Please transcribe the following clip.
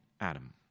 Adam